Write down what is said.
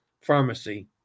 pharmacy